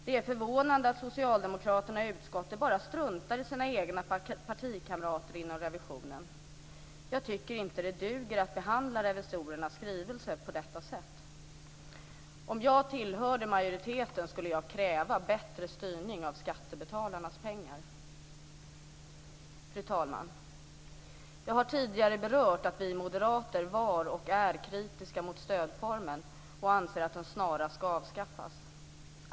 Det är förvånande att socialdemokraterna i utskottet bara struntar i sina egna partikamrater inom revisionen. Jag tycker inte att det duger att behandla revisorernas skrivelse på detta sätt. Om jag tillhörde majoriteten skulle jag kräva bättre styrning av skattebetalarnas pengar. Fru talman! Jag har tidigare berört att vi moderater var och är kritiska mot stödformen och anser att den snarast bör avskaffas.